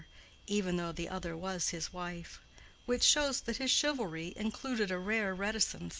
even though the other was his wife which shows that his chivalry included a rare reticence.